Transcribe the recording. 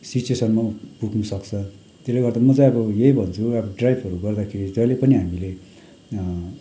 सिचुएसनमा पुग्नु सक्छ त्यसले गर्दा म चाहिँ अब यही भन्छु अब ड्राइभहरू गर्दाखेरि जहिले पनि हामीले